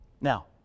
Now